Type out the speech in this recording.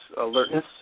alertness